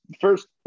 first